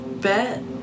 bet